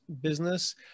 business